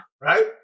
right